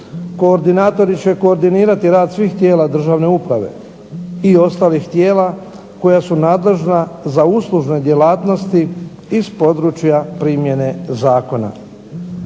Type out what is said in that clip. Koordinatori će koordinirati rad svih tijela državne uprave i ostalih tijela koja su nadležna za uslužne djelatnosti iz područja primjene zakona.